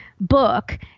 book